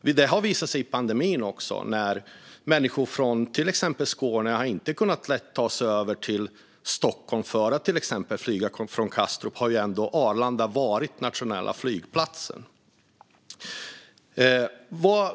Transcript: Under pandemin har det visat sig att människor från till exempel Skåne inte så lätt har kunnat ta sig till exempelvis Kastrup för att flyga därifrån, och då har Arlanda varit den nationella flygplatsen.